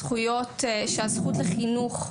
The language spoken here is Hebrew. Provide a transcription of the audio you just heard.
הזכות של ילדים לחינוך,